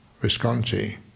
Visconti